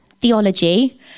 theology